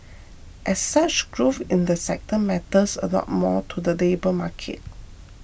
as such growth in the sector matters a lot more to the labour market